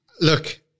Look